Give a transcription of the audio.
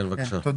כאשר אני שומע